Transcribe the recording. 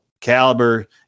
caliber